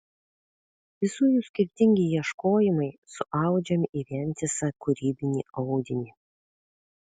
visų jų skirtingi ieškojimai suaudžiami į vientisą kūrybinį audinį